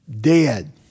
dead